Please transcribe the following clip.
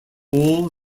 all